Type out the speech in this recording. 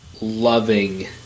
loving